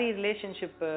relationship